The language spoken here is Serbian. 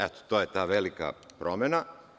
Eto, to je ta velika promena.